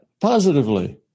positively